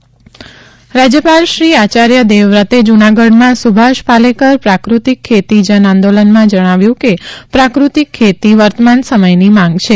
રાજ્યપાલ રાજ્યપાલ શ્રી આયાર્ય દેવવ્રતે જૂનાગઢમાં સુભાષ પાલેકર પ્રાકૃતિક ખેતી જન આંદોલનમાં જણાવ્યું હતું કે પ્રાકૃતિક ખેતી વર્તમાન સમયની માંગ છે